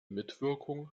mitwirkung